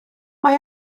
mae